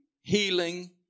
healing